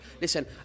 listen